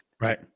Right